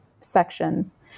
sections